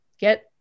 get